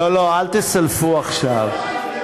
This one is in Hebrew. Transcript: הוא אמר, אמרו הרגו, לא, לא, אל תסלפו עכשיו.